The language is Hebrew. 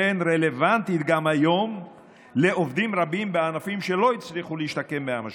היא רלוונטית גם היום לעובדים רבים בענפים שלא הצליחו להשתקם מהמשבר.